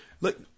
Look